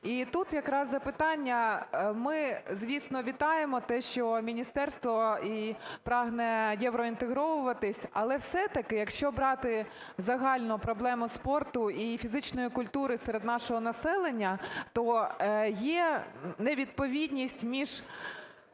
І тут якраз запитання. Ми, звісно, вітаємо те, що міністерство прагне євроінтегровуватися, але все-таки, якщо брати загально проблему спорту і фізичної культури серед нашого населення, то є невідповідність між